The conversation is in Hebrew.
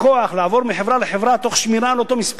לעבור מחברה לחברה תוך שמירה על אותו מספר,